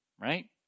right